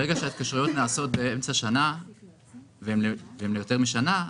ברגע שההתקשרויות נעשות באמצע שנה והן ליותר משנה,